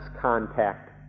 contact